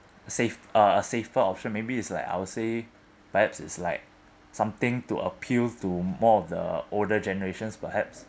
safe uh safer option maybe is like I'll say perhaps is like something to appeal to more of the older generations perhaps